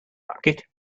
bucket